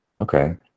Okay